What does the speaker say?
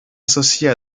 associés